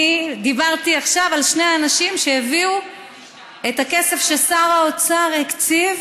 דיברתי עכשיו על שני אנשים שהביאו את הכסף ששר האוצר הקציב,